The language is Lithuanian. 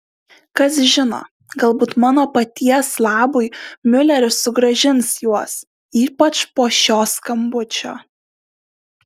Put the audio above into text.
kas žino galbūt mano paties labui miuleris sugrąžins juos ypač po šio skambučio